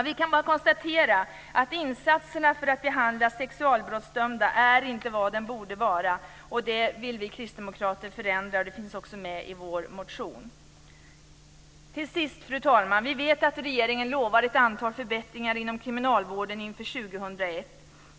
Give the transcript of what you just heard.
Vi kan bara konstatera att insatserna för att behandla sexualbrottsdömda inte är vad de borde vara, och det vill vi kristdemokrater förändra. Det finns också med i vår motion. Till sist, fru talman, vet vi att regeringen lovade ett antal förbättringar inom kriminalvården inför 2001.